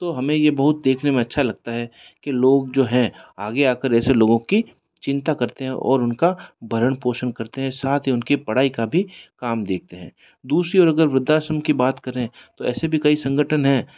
तो हमें यह बहुत देखने में अच्छा लगता है कि लोग जो है आगे आ कर ऐसे लोगों की चिंता करते हैं और उनका भरण पोषण करते हैं साथ ही उनकी पढ़ाई का भी काम देखते हैं दूसरी और अगर वृद्धाश्रम की बात करें तो ऐसे भी कई संगठन है